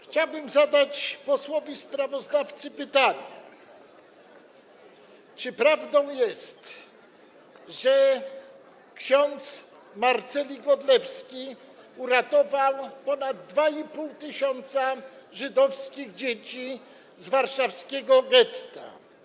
Chciałbym zadać posłowi sprawozdawcy pytanie, czy prawdą jest, że ks. Marceli Godlewski uratował ponad 2,5 tys. żydowskich dzieci z warszawskiego getta.